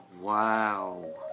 Wow